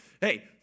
Hey